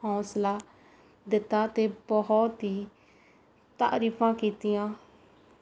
ਹੌਸਲਾ ਦਿੱਤਾ ਅਤੇ ਬਹੁਤ ਹੀ ਤਾਰੀਫਾਂ ਕੀਤੀਆਂ